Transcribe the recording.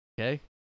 Okay